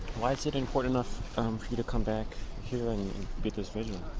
why is it important enough for you to come back here and be at this vigil?